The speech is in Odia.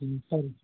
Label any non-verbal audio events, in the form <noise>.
<unintelligible>